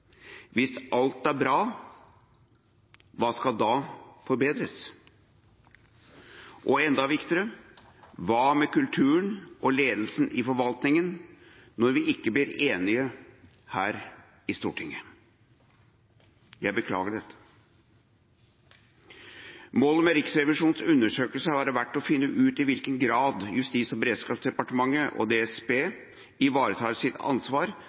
Hvis alt er bra, hva skal da forbedres? Og enda viktigere: Hva med kulturen og ledelsen i forvaltningen når vi ikke blir enige her i Stortinget? Jeg beklager dette. Målet med Riksrevisjonens undersøkelse har vært å finne ut i hvilken grad Justis- og beredskapsdepartementet og DSB ivaretar sitt ansvar